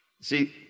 see